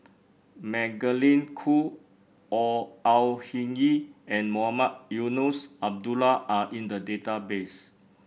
Magdalene Khoo Or Au Hing Yee and Mohamed Eunos Abdullah are in the database